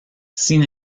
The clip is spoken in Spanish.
sin